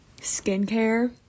skincare